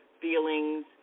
feelings